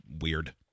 weird